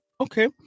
okay